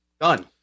Done